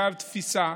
מחייב תפיסה,